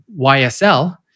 YSL